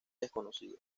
desconocida